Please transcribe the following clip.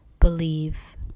believe